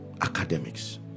academics